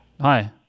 Hi